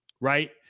right